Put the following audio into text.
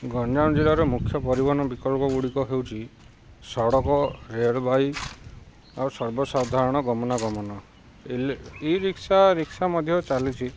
ଗଞ୍ଜାମ ଜିଲ୍ଲାର ମୁଖ୍ୟ ପରିବହନ ବିକଳ୍ପ ଗୁଡ଼ିକ ହେଉଛି' ସଡ଼କ ରେଳବାଇ ଆଉ ସର୍ବସାଧାରଣ ଗମନାଗମନ ଇ ରିକ୍ସା ରିକ୍ସା ମଧ୍ୟ ଚାଲିଛି